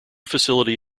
facility